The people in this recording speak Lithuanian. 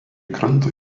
kranto